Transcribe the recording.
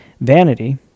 vanity